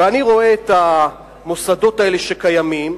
ואני רואה את המוסדות האלה, שקיימים,